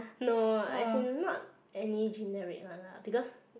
no as in not any generic one lah because